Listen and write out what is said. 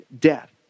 death